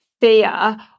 fear